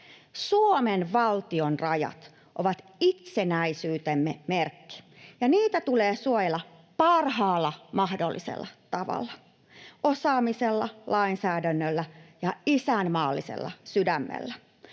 Suomen valtion rajat ovat itsenäisyytemme merkki, ja niitä tulee suojella parhaalla mahdollisella tavalla: osaamisella, lainsäädännöllä ja isänmaallisella sydämellä.